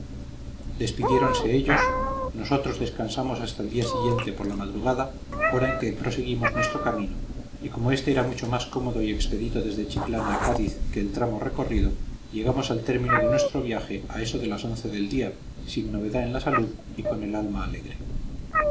despidiéronse ellos nosotros descansamos hasta el día siguiente por la madrugada hora en que proseguimos nuestro camino y como éste era mucho más cómodo y expedito desde chiclana a cádiz que en el tramo recorrido llegamos al término de nuestro viaje a eso de las once del día sin novedad en la salud y con el alma alegre